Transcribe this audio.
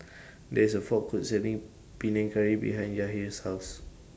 There IS A Food Court Selling Panang Curry behind Yahir's House